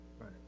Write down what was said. Right